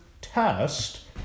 test